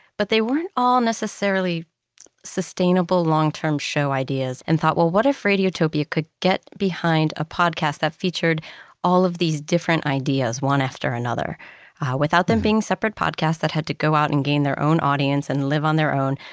but they weren't all necessarily sustainable, longterm show ideas, and thought, well what if radiotopia could get behind a podcast that featured all of these different ideas, one after another without them being separate podcasts that had to go out and gain their own audience and live on their own?